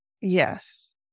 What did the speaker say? Yes